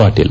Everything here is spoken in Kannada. ಪಾಟೀಲ್